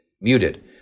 muted